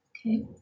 Okay